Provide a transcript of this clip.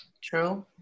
True